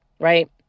right